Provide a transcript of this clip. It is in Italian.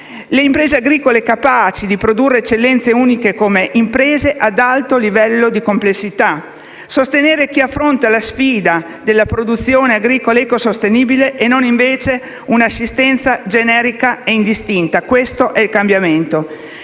alle imprese agricole capaci di produrre eccellenze uniche, come imprese ad alto livello di complessità. È necessario sostenere chi affronta la sfida della produzione agricola ecosostenibile e non invece fornire un'assistenza generica e indistinta. Questo è il cambiamento.